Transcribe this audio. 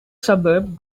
suburb